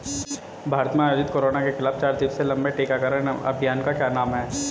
भारत में आयोजित कोरोना के खिलाफ चार दिवसीय लंबे टीकाकरण अभियान का क्या नाम है?